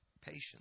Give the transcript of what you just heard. patience